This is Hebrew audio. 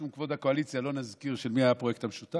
משום כבוד הקואליציה לא נזכיר של מי היה הפרויקט המשותף,